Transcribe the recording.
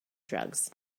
drugs